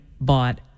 bought